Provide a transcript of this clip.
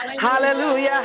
hallelujah